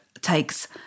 takes